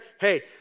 hey